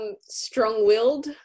strong-willed